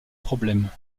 problèmes